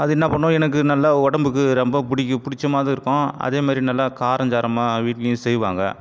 அது என்ன பண்ணணும் எனக்கு நல்லா உடம்புக்கு ரொம்ப பிடிக்கும் பிடிச்ச மாதிரி இருக்கும் அதேமாதிரி நல்லா காரம்சாரமா வீட்லையும் செய்வாங்க